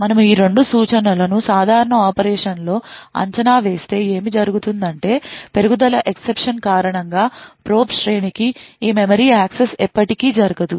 మనము ఈ రెండు సూచనలను సాధారణ ఆపరేషన్లో అంచనా వేస్తే ఏమి జరుగుతుందంటే పెరుగుదల ఎక్సెప్షన్ కారణంగా ప్రోబ్ శ్రేణికి ఈ మెమరీ యాక్సెస్ ఎప్పటికీ జరగదు